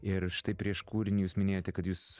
ir štai prieš kūrinį jūs minėjote kad jūs